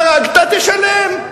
חרגת, תשלם.